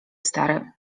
stary